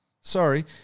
Sorry